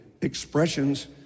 expressions